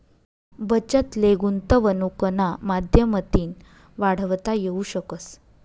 बचत ले गुंतवनुकना माध्यमतीन वाढवता येवू शकस